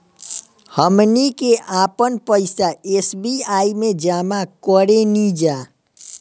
हमनी के आपन पइसा एस.बी.आई में जामा करेनिजा